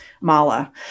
mala